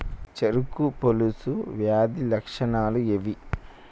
చెరుకు పొలుసు వ్యాధి లక్షణాలు ఏవి?